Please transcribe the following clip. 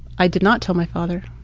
i did not tell my father.